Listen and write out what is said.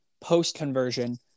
post-conversion